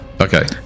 Okay